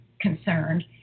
concerned